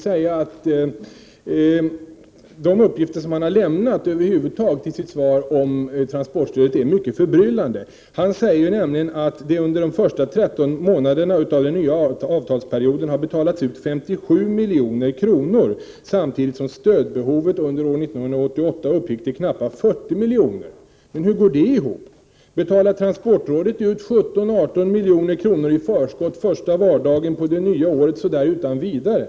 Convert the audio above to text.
De uppgifter som han har lämnat i sitt svar är över huvud taget mycket förbryllande. Han säger nämligen att det hittills under den nya avtalsperioden har betalats ut 57 milj.kr., samtidigt som stödbehovet under år 1988 uppgick till knappt 40 milj.kr. Hur går detta ihop? Betalar transportrådet ut 17-18 milj.kr. i förskott direkt på det nya året så där utan vidare?